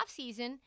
offseason